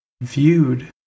Viewed